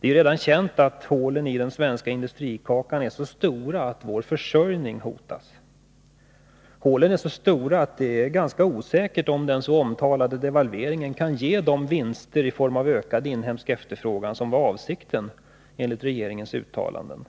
Det är redan känt att hålen i den svenska industrikakan är så stora att vår försörjning 2 hotas. Hålen är så stora att det är ganska osäkert om den så omtalade devalveringen kan ge de vinster i form av ökad inhemsk efterfrågan som var avsikten enligt regeringens uttalanden.